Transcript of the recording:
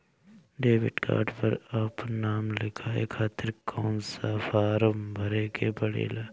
Debit card पर आपन नाम लिखाये खातिर कौन सा फारम भरे के पड़ेला?